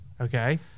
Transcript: Okay